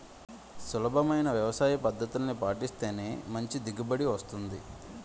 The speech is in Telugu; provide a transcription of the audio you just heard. సులభమైన వ్యవసాయపద్దతుల్ని పాటిస్తేనే మంచి దిగుబడి వస్తుంది